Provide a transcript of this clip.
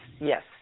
yes